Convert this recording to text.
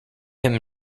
him